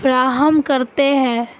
فراہم کرتے ہیں